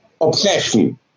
obsession